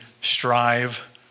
strive